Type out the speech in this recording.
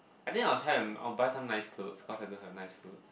I think I will try and I will buy some nice clothes cause I don't have nice clothes